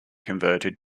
converted